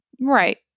Right